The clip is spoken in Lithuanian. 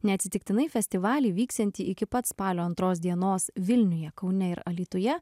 neatsitiktinai festivalį vyksiantį iki pat spalio antros dienos vilniuje kaune ir alytuje